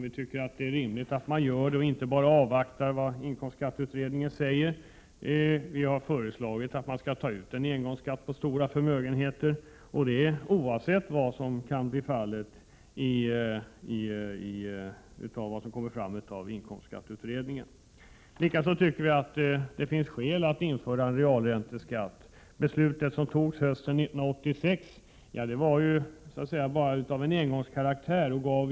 Vi tycker att det är rimligt att göra det och inte bara avvakta vad inkomstskattekommittén säger. Vi har föreslagit att man skall ta ut en engångsskatt på stora förmögenheter, oavsett vad som kan komma ut av inkomstskattekommitténs arbete. Likaså tycker vi att det finns skäl att införa en realränteskatt. Det beslut som fattades hösten 1986 var av engångskaraktär.